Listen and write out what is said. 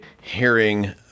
hearing